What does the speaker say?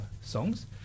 songs